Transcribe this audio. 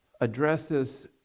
addresses